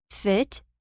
Fit